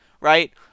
right